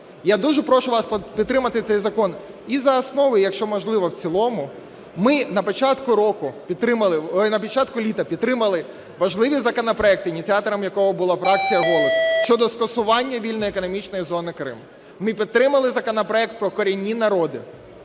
Я дуже прошу вас підтримати цей закон і за основу, і, якщо можливо, в цілому. Ми на початку року… на початку літа підтримали важливі законопроекти, ініціатором яких була фракція "Голос", щодо скасування вільної економічної зони "Крим". Ми підтримали законопроект про корінні народи,